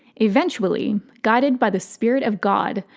eventually, guided by the spirit of god,